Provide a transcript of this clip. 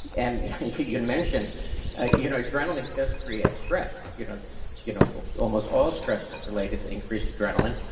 and you and mentioned ah you know adrenaline does create stress. you know you know almost all stress is related to increased adrenaline,